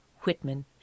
Whitman